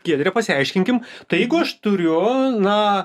giedre pasiaiškinkim tai jeigu aš turiu na